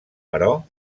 però